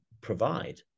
provide